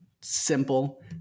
simple